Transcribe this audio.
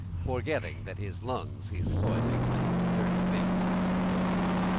forgetting that his lungs he's soiling with dirty vapors of the boiling.